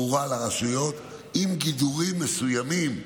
עם גידורים מסוימים,